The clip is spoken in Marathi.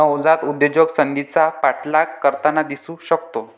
नवजात उद्योजक संधीचा पाठलाग करताना दिसू शकतो